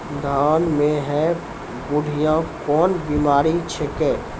धान म है बुढ़िया कोन बिमारी छेकै?